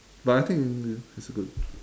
but I think it's good